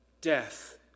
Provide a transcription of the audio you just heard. death